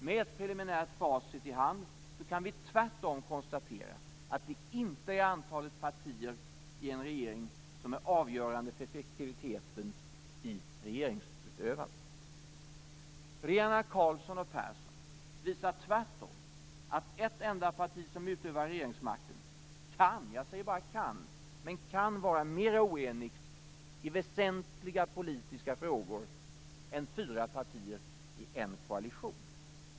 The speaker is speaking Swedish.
Med ett preliminärt facit i hand kan vi tvärtom konstatera att det inte är antalet partier i en regering som är avgörande för effektiviteten i regeringsutövandet. Regeringarna Carlsson och Persson visar tvärtom att ett enda parti som utövar regeringsmakten kan - jag säger bara kan - vara mer oenigt i väsentliga politiska frågor än fyra partier i en koalition.